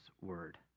word